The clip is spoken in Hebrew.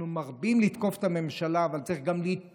אנחנו מרבים לתקוף את הממשלה אבל צריך גם להתפלל.